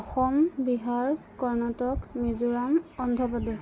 Assam Bihar Karnataka Mizoram Andhra Pradesh